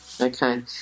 okay